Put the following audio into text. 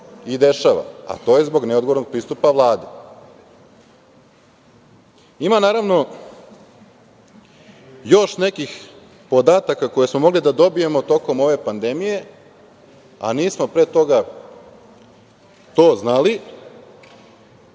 i dešava, a to je zbog neodgovornog pristupa Vlade. Ima, naravno, još nekih podataka koje smo mogli da dobijemo tokom ove pandemije, a nismo pre toga to znali.